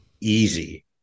easy